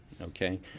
okay